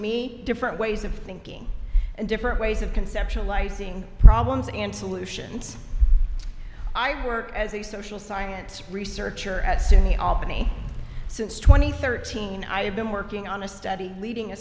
me different ways of thinking and different ways of conceptualizing problems and solutions i work as a social science research or at suny albany since twenty thirteen i've been working on a study leading a